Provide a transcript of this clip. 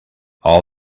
all